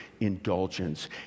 indulgence